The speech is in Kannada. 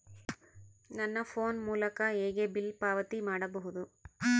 ನನ್ನ ಫೋನ್ ಮೂಲಕ ಹೇಗೆ ಬಿಲ್ ಪಾವತಿ ಮಾಡಬಹುದು?